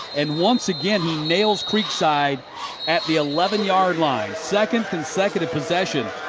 and once again, he nails creekside at the eleven yard line. second consecutive possession.